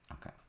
Okay